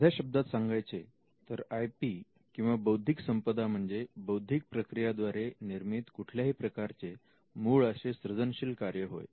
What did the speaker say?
साध्या शब्दात सांगायचे तर आय पी किंवा बौद्धिक संपदा म्हणजे बौद्धिक प्रक्रिया द्वारे निर्मित कुठल्याही प्रकारचे मूळ असे सृजनशील कार्य होय